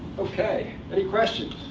ok, any questions?